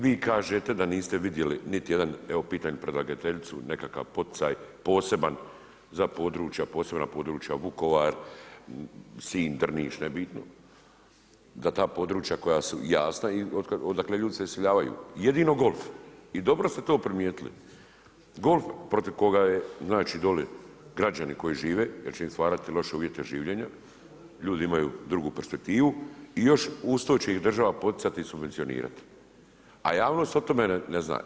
Vi kažete da niste vidjeli niti jedan, evo pitam predlagateljicu, nekakav poticaj poseban za područja, posebna područja Vukovar, Sinj, Drniš, nebitno, da ta područja koja su jasna i odakle ljudi se iseljavaju, jedino golf i dobro ste to primijetili, golf protiv koga je znači dolje, građani koji žive jer će im stvarati loše uvjete življenja, ljudi imaju drugu perspektivu i još uz to će ih država poticati i subvencionirati a javnost o tome ne zna.